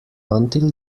until